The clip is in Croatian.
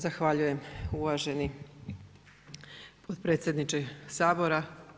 Zahvaljujem uvaženi potpredsjedniče Sabora.